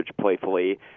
playfully